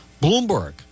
Bloomberg